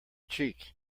cheek